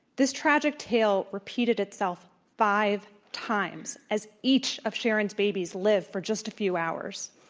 this tragic tale repeated itself five times as each of sharon's babies lived for just a few hours.